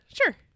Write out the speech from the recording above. sure